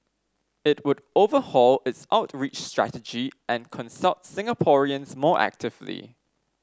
it would overhaul its outreach strategy and consult Singaporeans more actively